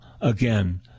again